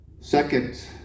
Second